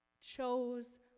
chose